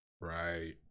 right